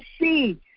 see